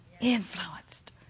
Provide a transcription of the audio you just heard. influenced